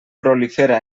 prolifera